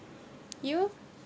you